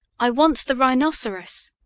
i want the rhinoceros.